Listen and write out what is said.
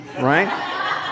right